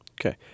okay